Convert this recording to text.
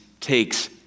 takes